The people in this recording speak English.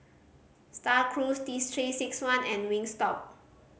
Star Cruise Three Six One and Wingstop